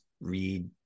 read